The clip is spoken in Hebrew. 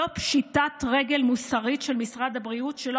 זו פשיטת רגל מוסרית של משרד הבריאות שלא